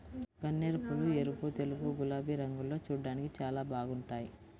గన్నేరుపూలు ఎరుపు, తెలుపు, గులాబీ రంగుల్లో చూడ్డానికి చాలా బాగుంటాయ్